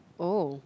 oh